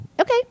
Okay